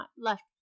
left